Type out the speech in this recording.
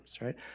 right